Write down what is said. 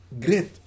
great